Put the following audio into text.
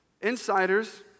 Insiders